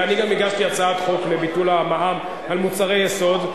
ואני גם הגשתי הצעת חוק לביטול המע"מ על מוצרי יסוד,